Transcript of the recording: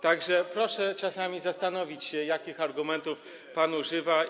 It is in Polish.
Tak że proszę czasami zastanowić się, jakich argumentów pan używa.